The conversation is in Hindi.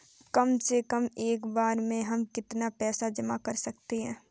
कम से कम एक बार में हम कितना पैसा जमा कर सकते हैं?